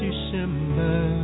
December